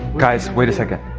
guys wait a second.